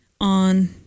on